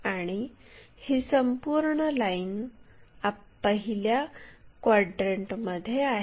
आणि ही संपूर्ण लाईन पहिल्या क्वॅड्रन्टमध्ये आहे